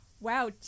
wow